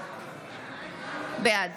בעד